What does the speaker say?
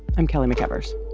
i'm kelly mcevers